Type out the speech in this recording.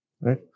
Right